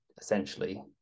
essentially